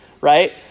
Right